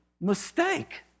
mistake